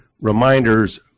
reminders